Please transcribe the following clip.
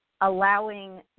allowing